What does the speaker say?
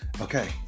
Okay